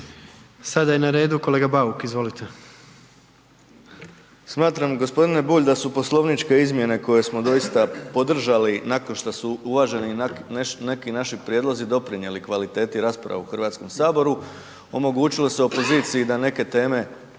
Sada je na redu kolega Bauk. Izvolite. **Bauk, Arsen (SDP)** Smatram gospodine Bulj da su poslovničke izmjene koje smo doista podržali nakon što su uvaženi neki naši prijedlozi doprinijeli kvaliteti rasprave u Hrvatskom saboru, omogućilo se opoziciji da neke teme